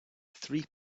three